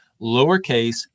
lowercase